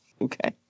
Okay